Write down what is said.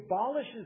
abolishes